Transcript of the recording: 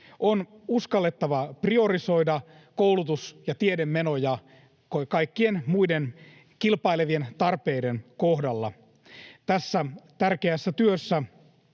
On uskallettava priorisoida koulutus- ja tiedemenoja kaikkien muiden, kilpailevien tarpeiden kohdalla. Tässä tärkeässä työssä